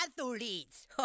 athletes